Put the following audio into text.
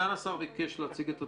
סגן השר ביקש להציג את הדברים.